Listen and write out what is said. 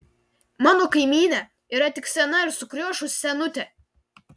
mano kaimynė yra tik sena ir sukriošus senutė